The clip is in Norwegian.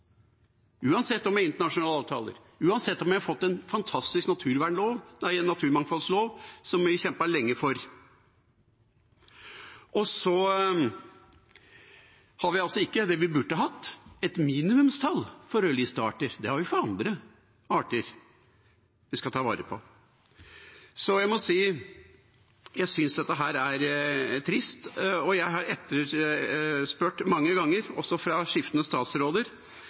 uansett om vi har internasjonale avtaler, uansett om vi har fått en fantastisk naturmangfoldlov, som vi kjempet lenge for. Og så har vi altså ikke det vi burde hatt, et minimumstall for rødlistearter. Det har vi for andre arter vi skal ta vare på. Jeg må si at jeg synes dette er trist. Og jeg har etterspurt mange ganger, også fra skiftende statsråder,